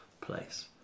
place